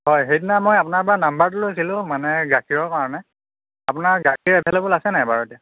হয় সেইদিনা মই আপোনাৰ পৰা নম্বৰটো লৈছিলোঁ মানে গাখীৰৰ কাৰণে আপোনাৰ গাখীৰ এভেইলে'বল আছে নে নাই বাৰু এতিয়া